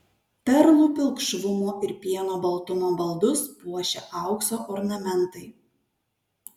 perlų pilkšvumo ir pieno baltumo baldus puošia aukso ornamentai